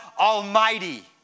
Almighty